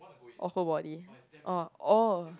or whole body orh oh